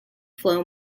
flow